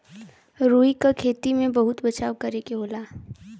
रुई क खेती में बहुत बचाव करे के होला